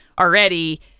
already